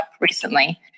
recently